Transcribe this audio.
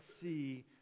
see